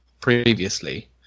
previously